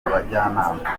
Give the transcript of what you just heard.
abajyanama